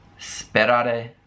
sperare